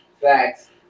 Thanks